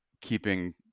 keeping